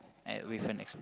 and with an axe